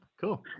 cool